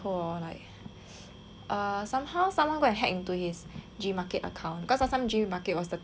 err somehow someone go hack into his G market account because last some G market was the thing right still got err